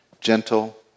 gentle